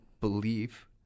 believe